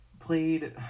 played